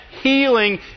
Healing